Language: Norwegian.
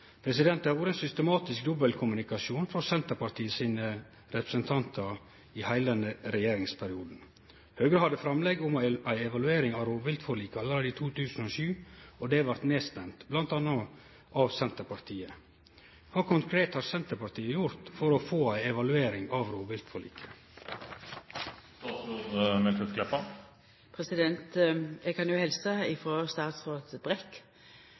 Det har vore systematisk dobbeltkommunikasjon frå Senterpartiet i heile denne regjeringsperioden. Høgre hadde framlegg om ei evaluering av rovviltforliket allereie i 2007, men det vart nedstemt bl.a. av Senterpartiet. Kva konkret har Senterpartiet gjort for å få ei evaluering av rovviltforliket? Eg kan helsa frå statsråd Brekk, som er indisponert, som ligg på sjukehus, men